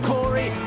Corey